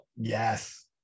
Yes